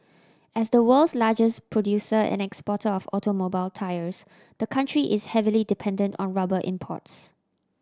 as the world's largest producer and exporter of automobile tyres the country is heavily dependent on rubber imports